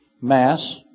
mass